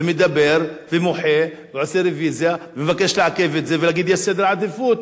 את זה ולהגיד שיש סדר עדיפות?